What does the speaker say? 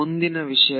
ಮುಂದಿನ ವಿಷಯ